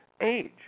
age